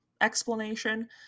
explanation